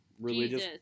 religious